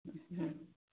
ହୁଁ